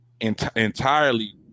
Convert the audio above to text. entirely